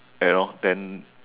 you know then